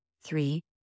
three